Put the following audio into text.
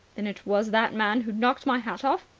then it was that man who knocked my hat off?